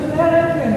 את עובדי הרנטגן.